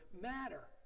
matter